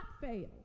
fail